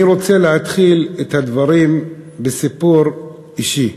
אני רוצה להתחיל את הדברים בסיפור אישי.